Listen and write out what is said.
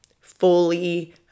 fully